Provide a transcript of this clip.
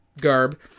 garb